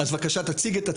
בבקשה.